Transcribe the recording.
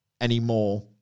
anymore